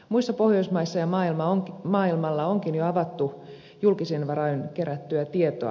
muissa pohjoismaissa ja maailmalla onkin jo avattu julkisin varoin kerättyä tietoa